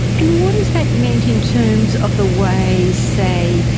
and what has that meant in terms of the way, say,